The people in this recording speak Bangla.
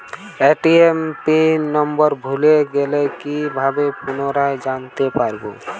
এ.টি.এম পিন নাম্বার ভুলে গেলে কি ভাবে পুনরায় জানতে পারবো?